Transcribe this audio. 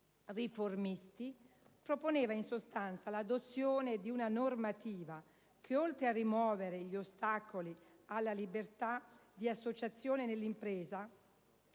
riformisti, proponeva in sostanza l'adozione di una normativa che, oltre a rimuovere gli ostacoli alla libertà di associazione nell'impresa,